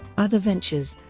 other ventures